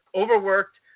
overworked